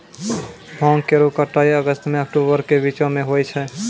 भांग केरो कटाई अगस्त सें अक्टूबर के बीचो म होय छै